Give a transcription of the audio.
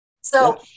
So-